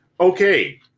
Okay